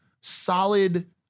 solid